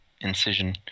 incision